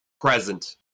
present